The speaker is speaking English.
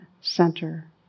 center